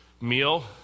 meal